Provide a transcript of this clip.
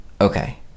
Okay